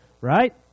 right